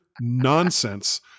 nonsense